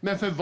Men om